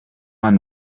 man